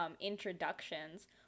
introductions